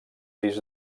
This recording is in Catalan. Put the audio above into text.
disc